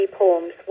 poems